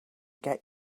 get